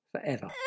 forever